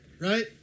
right